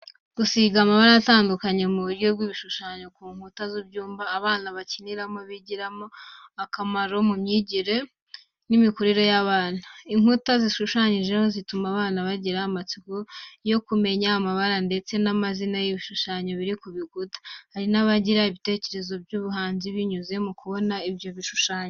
Gusiga amabara atandukanye mu buryo bw'ibishushanyo ku nkuta z'ibyumba, abana bakiniramo bigira akamaro mu myigire n'imikurire y'abana. Inkuta zishushyanyijeho zituma abana bagira amatsiko yo kumenya amabara ndetse n'amazina y'ibishushanyo biri ku bikuta, hari n'abagira ibitekerezo by'ubuhanzi binyuze mu kubona ibishushanyo.